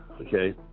okay